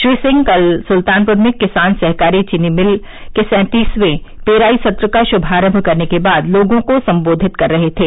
श्री सिंह कल सुल्तानपुर में किसान सहकारी चीनी मिल के सैंतीसवें पेराई सत्र का शुभारम्भ करने के बाद लोगों को संबोधित कर रहे थे